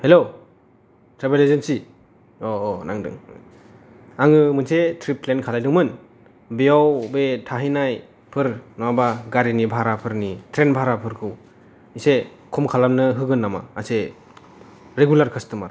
hello travel agency औ औ नांदों आङो मोनसे ट्रिप फ्लेन खालायदोंमोन बेयाव बे थाहैनायफोर नङाबा गारिनि भाराफोरनि ट्रेन भाराफोरखौ एसे खम खालामनो होगोन नामा एसे रेगुलार कास्टमार